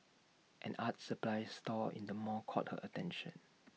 an art supplies store in the mall caught her attention